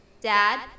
Dad